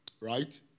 right